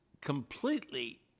completely